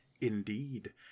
Indeed